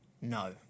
No